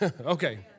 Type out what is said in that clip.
Okay